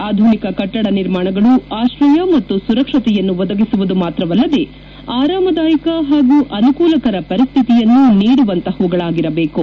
ಆಧುನಿಕ ಕಟ್ಟಡ ನಿರ್ಮಾಣಗಳು ಆಶ್ರಯ ಮತ್ತು ಸುರಕ್ಷತೆಯನ್ನು ಒದಗಿಸುವುದು ಮಾತ್ರವಲ್ಲದೇ ಆರಾಮದಾಯಕ ಮತ್ತು ಅನುಕೂಲಕರ ಪರಿಸ್ತಿತಿಯನ್ನು ನೀಡುವಂತಹುಗಳಾಗಿರಬೇಕು